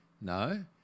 No